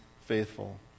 faithful